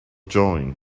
join